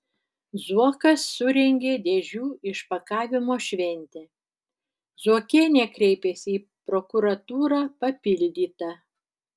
zuokas surengė dėžių išpakavimo šventę zuokienė kreipėsi į prokuratūrą papildyta